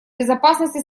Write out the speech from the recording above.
безопасности